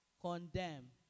condemn